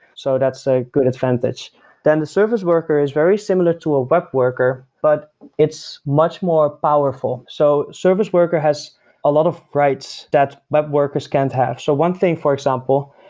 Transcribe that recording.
so that's a good advantage then the service worker is very similar to a web worker, but it's much more powerful. so service worker has a lot of rights that web workers can't have. so one thing for example,